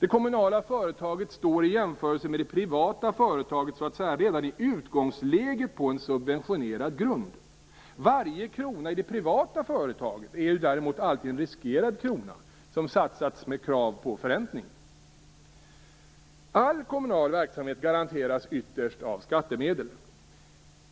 Det kommunala företaget står i jämförelse med det privata företaget så att säga redan i utgångsläget på en subventionerad grund. Varje krona i det privata företaget är ju däremot alltid en riskerad krona som har satsats med krav på förräntning. All kommunal verksamhet garanteras ytterst av skattemedel,